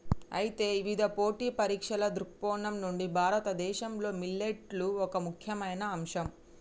అయితే ఇవిధ పోటీ పరీక్షల దృక్కోణం నుండి భారతదేశంలో మిల్లెట్లు ఒక ముఖ్యమైన అంశం